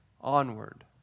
onward